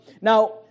Now